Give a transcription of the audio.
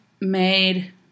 made